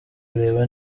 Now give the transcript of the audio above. kureba